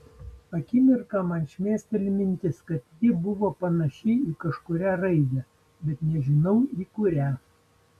akimirką man šmėsteli mintis kad ji buvo panaši į kažkurią raidę bet nežinau į kurią